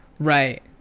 right